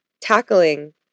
tackling